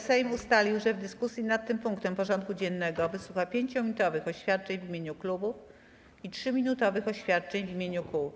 Sejm ustalił, że w dyskusji nad tym punktem porządku dziennego wysłucha 5-minutowych oświadczeń w imieniu klubów i 3-minutowych oświadczeń w imieniu kół.